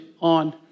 on